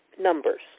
numbers